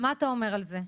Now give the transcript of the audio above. מה אתה אומר על זה?